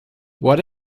what